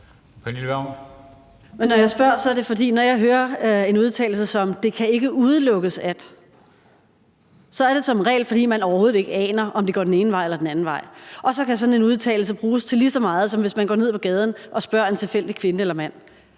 Når jeg spørger, er det fordi, at når jeg hører en udtalelse som, »det kan ikke udelukkes, at«, så er det som regel, fordi man overhovedet ikke aner, om det går den ene vej eller den anden vej, og så kan sådan en udtalelse bruges til lige så meget, som hvis man går ned på gaden og spørger en tilfældig kvinde eller mand.